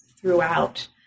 throughout